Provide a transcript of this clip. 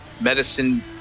Medicine